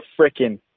freaking